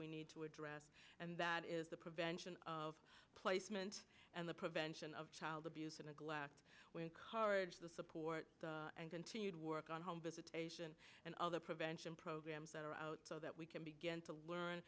we need to address and that is the prevention of placement and the prevention of child abuse and neglect card support and continued work on home visitation and other prevention programs that are out so that we can begin to learn